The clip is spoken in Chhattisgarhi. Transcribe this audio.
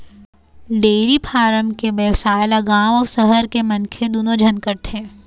डेयरी फारम के बेवसाय ल गाँव अउ सहर के मनखे दूनो झन करथे